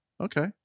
okay